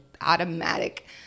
automatic